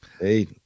Hey